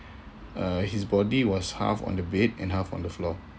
uh his body was half on the bed and half on the floor